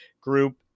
group